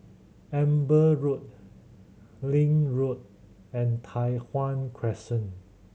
Amber Road Link Road and Tai Hwan Crescent